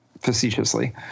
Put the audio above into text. facetiously